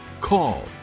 Call